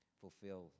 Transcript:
fulfill